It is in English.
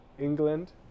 England